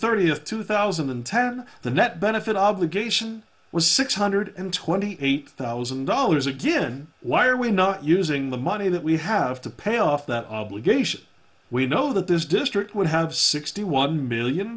thirtieth two thousand and ten the net benefit obligation was six hundred and twenty eight thousand dollars again why are we not using the money that we have to pay off that obligation we know that this district would have sixty one million